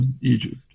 Egypt